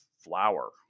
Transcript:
flower